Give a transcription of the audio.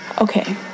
Okay